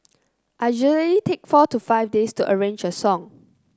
I usually take four to five days to arrange a song